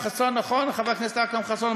חבר הכנסת אכרם חסון,